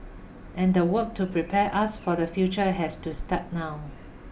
and the work to prepare us for the future has to start now